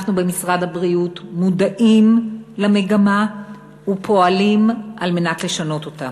אנחנו במשרד הבריאות מודעים למגמה ופועלים על מנת לשנות אותה.